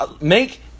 Make